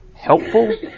helpful